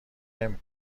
نمی